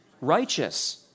Righteous